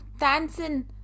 dancing